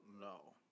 No